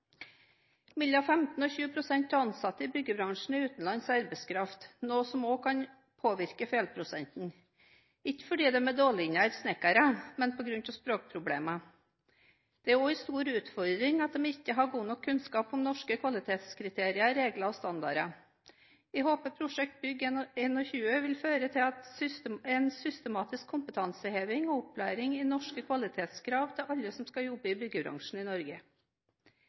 Mellom 15 og 20 pst. av ansatte i byggebransjen er utenlandsk arbeidskraft, noe som også kan påvirke feilprosenten – ikke fordi de er dårligere snekkere, men på grunn av språkproblemer. Det er også en stor utfordring at de ikke har god nok kunnskap om norske kvalitetskriterier, regler og standarder. Jeg håper prosjekt Bygg 21 vil føre til en systematisk kompetanseheving og opplæring i norske kvalitetskrav for alle som skal jobbe i byggebransjen i Norge.